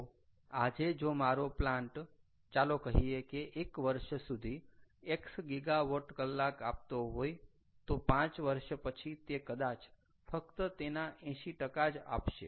તો આજે જો મારો પ્લાન્ટ ચાલો કહીએ કે એક વર્ષ સુધી x ગીગાવોટ કલાક આપતો હોય તો 5 વર્ષ પછી તે કદાચ ફક્ત તેના 80 જ આપશે